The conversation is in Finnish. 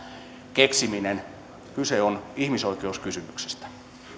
keksiminen kyse on ihmisoikeuskysymyksestä